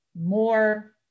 more